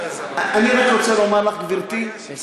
אני רק רוצה לומר לך, גברתי, לסיכום.